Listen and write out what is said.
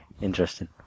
Interesting